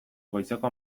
goizeko